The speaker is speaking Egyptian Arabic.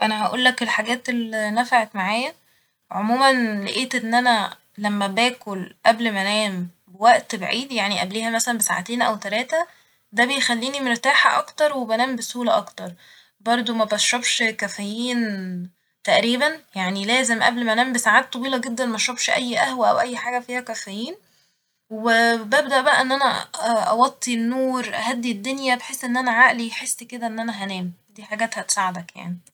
أنا هقولك الحاجات اللي نفعت معايا ، عموما لقيت إن أنا لما باكل قبل ما أنام بوقت بعيد ، يعني قبليها مثلا بساعتين أو تلاتة ده بيخليني مرتاحة أكتر وبنام بسهولة أكتر ، برضه مبشربش كافيين تقريبا يعني لازم قبل م أنام بساعات طويلة جدا مشربش اي قهوة او اي حاجة فيها كافيين ، و ببدأبقى إن أنا أ- أوطي النور اهدي الدنيا بحيث ان عقلي يحس ان انا هنام ، دي حاجات هتساعدك يعني